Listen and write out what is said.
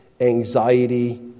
anxiety